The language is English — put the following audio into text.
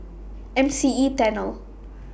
M C E Tunnel